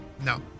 No